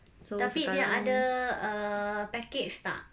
tapi dia ada err package tak